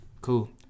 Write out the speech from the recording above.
Cool